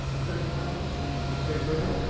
san quentin, the state prison?